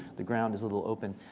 the ground is a little open.